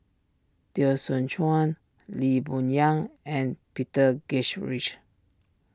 Teo Soon Chuan Lee Boon Yang and Peter rich